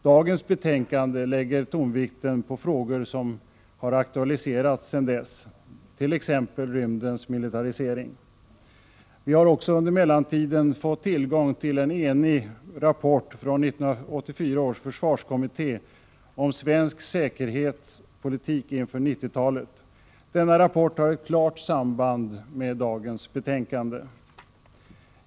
Dagens betänkande lägger tonvikten på frågor som har aktualiserats sedan dess, t.ex. rymdens militärisering. Vi har under mellantiden också fått tillgång till en enhällig rapport från 1984 års försvarskommitté om ”Svensk säkerhetspolitik inför 90-talet”. Denna rapport har ett klart samband med dagens betänkande.